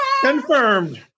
Confirmed